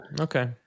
Okay